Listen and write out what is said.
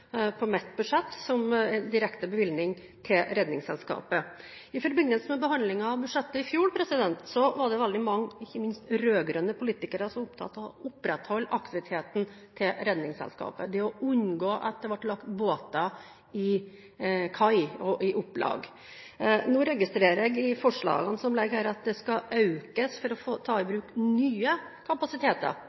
på mitt budsjett med direkte bevilgning til Redningsselskapet. I forbindelse med behandlingen av budsjettet i fjor var det veldig mange, ikke minst rød-grønne politikere, som var opptatt av å opprettholde Redningsselskapets aktivitet – det å unngå at båter ble lagt i opplag. Nå registrerer jeg av forslagene som ligger her, at den skal økes for å ta i bruk nye kapasiteter.